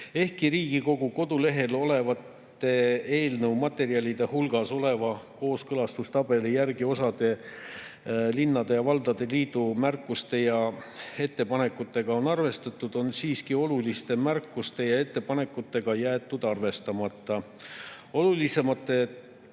Ehkki Riigikogu kodulehel olevate eelnõu materjalide hulgas oleva kooskõlastustabeli järgi on osa linnade ja valdade liidu märkuste ja ettepanekutega arvestatud, on siiski olulised märkused ja ettepanekud jäetud arvestamata. Olulisemate sätete